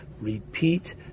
repeat